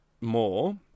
more